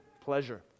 pleasure